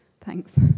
Thanks